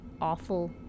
awful